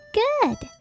good